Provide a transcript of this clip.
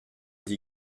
dit